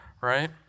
right